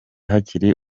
hakiri